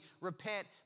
repent